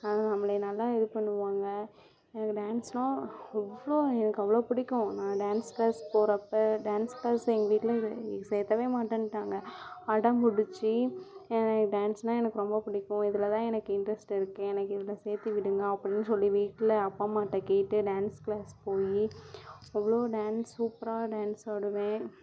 நம்மளை நல்லா இது பண்ணுவாங்க எனக்கு டான்ஸுனா அவ்வளோ எனக்கு அவ்வளோ பிடிக்கும் நான் டான்ஸ் கிளாஸ் போகிறப்ப டான்ஸ் கிளாஸ் எங்கள் வீட்டில் சேத்தவே மாட்டேன்ட்டாங்க அடம்பிடிச்சி டான்ஸுனா எனக்கு ரொம்ப பிடிக்கும் இதில் தான் எனக்கு இன்ட்ரெஸ்ட் இருக்கு எனக்கு இதில் சேர்த்து விடுங்க அப்படின்னு சொல்லி வீட்டில் அப்பா அம்மாகிட்ட கேட்டு டான்ஸ் கிளாஸ் போய் அவ்வளோ டான்ஸ் சூப்பராக டான்ஸ் ஆடுவேன்